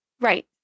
right